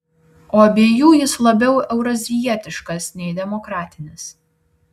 o abiejų jis labiau eurazijietiškas nei demokratinis